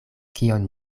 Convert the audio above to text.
kion